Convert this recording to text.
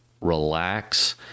relax